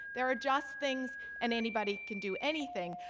there are just things and anybody can do anything.